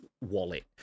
wallet